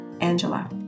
Angela